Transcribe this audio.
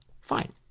Fine